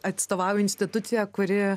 atstovauju instituciją kuri